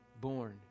born